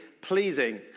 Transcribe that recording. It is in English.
pleasing